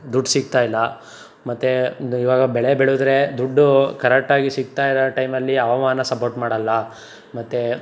ದುಡ್ಡು ಸಿಗ್ತಾ ಇಲ್ಲ ಮತ್ತು ಬೆ ಇವಾಗ ಬೆಳೆ ಬೆಳೆದ್ರೆ ದುಡ್ಡು ಕರೆಕ್ಟಾಗಿ ಸಿಗ್ತಾ ಇರೋ ಟೈಮಲ್ಲಿ ಹವಾಮಾನ ಸಪೋರ್ಟ್ ಮಾಡಲ್ಲ ಮತ್ತು